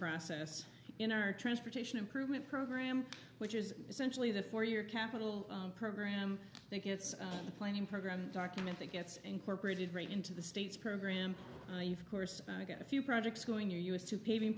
process in our transportation improvement program which is essentially the for your capital program that gets the planning program document that gets incorporated right into the state's program of course got a few projects going near us to paving